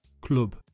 club